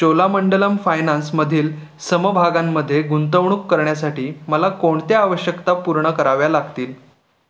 चोलामंडलम फायनान्समधील समभागांमध्ये गुंतवणूक करण्यासाठी मला कोणत्या आवश्यकता पूर्ण कराव्या लागतील